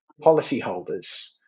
policyholders